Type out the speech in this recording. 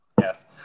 Yes